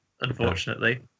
unfortunately